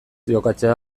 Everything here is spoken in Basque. jokatzea